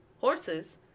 horses